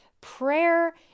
prayer